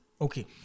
Okay